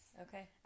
Okay